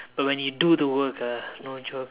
but when you do the work ah no joke